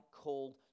called